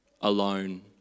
alone